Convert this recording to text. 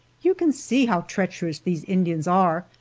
you can see how treacherous these indians are,